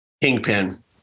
kingpin